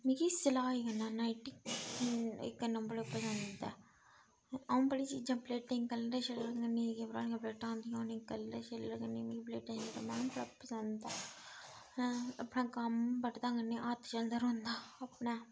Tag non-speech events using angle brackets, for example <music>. मिगी सलाई करना करना बड़ा पसंद ऐ अ'ऊंं बड़ी चीज़ां पेंटिंग कलर शलर करनी <unintelligible> उनेंगी कलर शलर करनी <unintelligible> बड़ा पसंद ऐ में अपना कम्म बड़दा कन्नै हत्थ चलदा रौंह्दा अपना